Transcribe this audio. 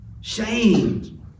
Shamed